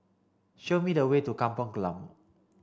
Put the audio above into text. show me the way to Kampung Glam